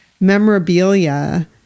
memorabilia